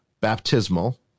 baptismal